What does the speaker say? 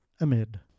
Amid